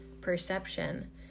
perception